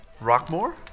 Rockmore